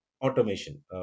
automation